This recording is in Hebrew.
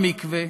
במקווה,